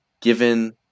given